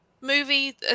movie